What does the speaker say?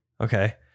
okay